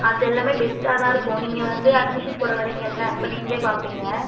அதெல்லாமே பெஸ்ட்டாக தான் இருக்கும் நீங்கள் வந்து அட்மிஷன் போட வரிங்கள்ல அப்போ நீங்களே பார்ப்பீங்க